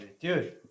Dude